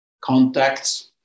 contacts